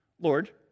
Lord